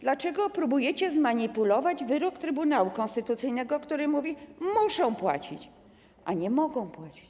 Dlaczego próbujcie zmanipulować wyrok Trybunału Konstytucyjnego, który mówi: muszą płacić, a nie: mogą płacić.